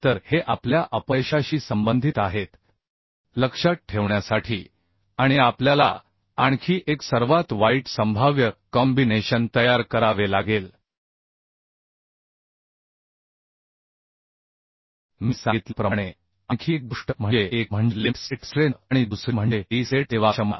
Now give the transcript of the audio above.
तर हे आपल्या अपयशाशी संबंधित आहेत लक्षात ठेवण्यासाठी आणि आपल्याला आणखी एक सर्वात वाईट संभाव्य कॉम्बिनेशन तयार करावे लागेल मी सांगितल्याप्रमाणे आणखी एक गोष्ट म्हणजे एक म्हणजे लिमिट स्टेट स्ट्रेंथ आणि दुसरी म्हणजे लिमिट स्टेट सेवाक्षमता